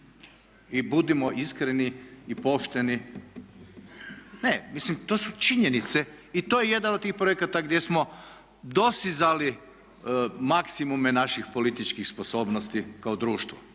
I budimo iskreni i pošteni. Ne, mislim to su činjenice i to je jedan od tih projekata gdje smo dostizali maksimume naših političkih sposobnosti kao društvo.